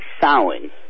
sowing